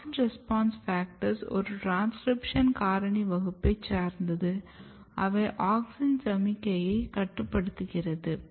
AUXIN RESPONSE FACTORS ஒரு transcription காரணி வகுப்பைச் சார்ந்தது அவை ஆக்ஸின் சமிக்ஞையை கட்டுப்படுத்துகிறது